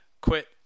quit